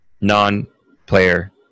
Non-player